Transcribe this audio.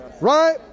right